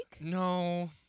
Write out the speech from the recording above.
No